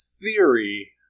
theory